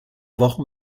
wochen